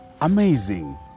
Amazing